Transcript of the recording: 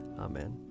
Amen